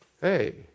Hey